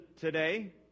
today